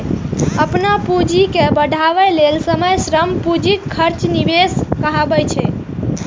अपन पूंजी के बढ़ाबै लेल समय, श्रम, पूंजीक खर्च निवेश कहाबै छै